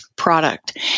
product